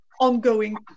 ongoing